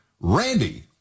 Randy